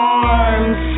arms